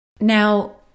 Now